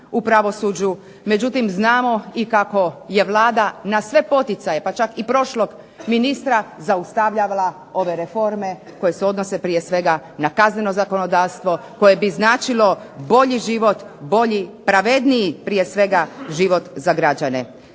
u pravosuđu, međutim znamo i kako je Vlada na sve poticaje, pa čak i prošlog ministra zaustavljala ove reforme koje se odnose prije svega na kazneno zakonodavstvo, koje bi značilo bolji život, bolji, pravedniji prije svega život za građane.